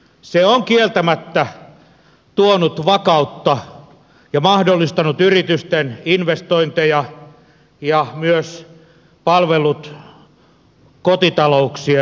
se on kieltämättä tuonut vakautta ja mahdollistanut yritysten investointeja ja myös palvellut kotitalouksien kulutusta